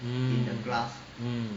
mm mm